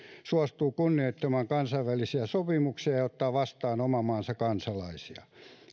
suostuu kunnioittamaan kansainvälisiä sopimuksia ja ottaa vastaan oman maansa kansalaisia